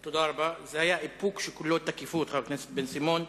זה היה איפוק שכולו תקיפות, חבר הכנסת בן-סימון.